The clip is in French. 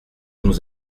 nous